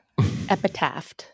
Epitaph